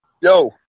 Yo